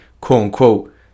quote-unquote